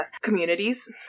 communities